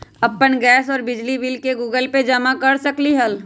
अपन गैस और बिजली के बिल गूगल पे से जमा कर सकलीहल?